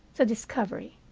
the discovery.